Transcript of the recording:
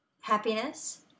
Happiness